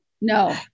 No